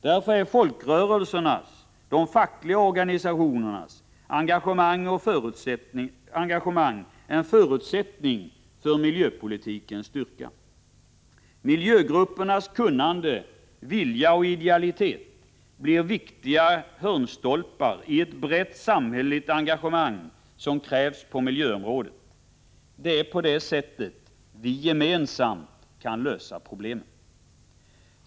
Därför är folkrörelsernas och de fackliga organisationernas engagemang en förutsättning för miljöpolitikens styrka. Miljögruppernas kunnande, vilja och idealitet blir viktiga hörnstolpar i ett brett samhälleligt engagemang som krävs på miljöområdet. Det är på det sättet vi gemensamt kan lösa problemen.